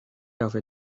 over